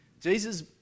Jesus